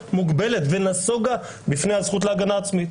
מוגבלת ונסוגה בפני הזכות להגנה עצמית.